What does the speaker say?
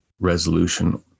resolution